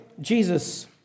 Jesus